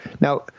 Now